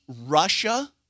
Russia